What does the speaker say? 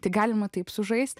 tai galima taip sužaisti